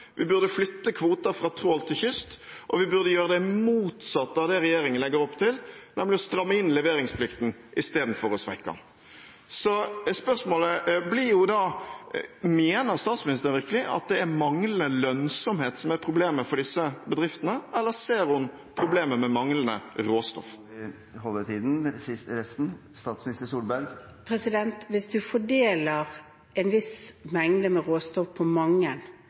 Vi burde flytte kvoter fra trål til kyst, og vi burde gjøre det motsatte av det regjeringen legger opp til, nemlig å stramme inn leveringsplikten istedenfor å svekke den. Spørsmålet blir da: Mener statsministeren virkelig at det er manglende lønnsomhet som er problemet for disse bedriftene, eller ser hun problemet med manglende råstoff? Nå må vi holde tiden i resten av spørsmålene. Hvis man fordeler en viss mengde med råstoff på mange